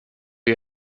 you